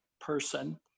person